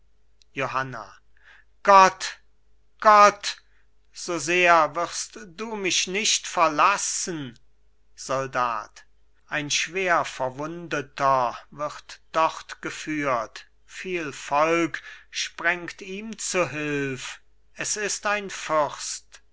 johanna gott gott so sehr wirst du mich nicht verlassen soldat ein schwer verwundeter wird dort geführt viel volk sprengt ihm zu hülf es ist ein fürst